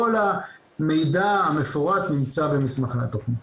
כל המידע המפורט נמצא במסמכי התוכנית.